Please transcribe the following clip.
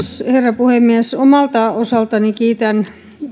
herra puhemies omalta osaltani kiitän